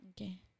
Okay